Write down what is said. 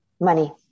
money